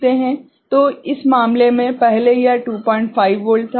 तो इस मामले में पहले यह 25 वोल्ट था V रेफरेंस 25 वोल्ट था